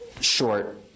short